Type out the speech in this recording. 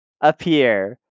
appear